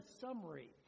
summary